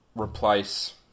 Replace